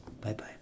Bye-bye